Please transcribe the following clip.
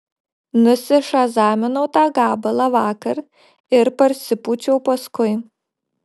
nusišazaminau tą gabalą vakar ir parsipūčiau paskui